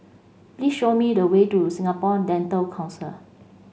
please show me the way to Singapore Dental Council